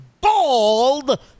Bald